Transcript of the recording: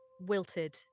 wilted